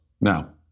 Now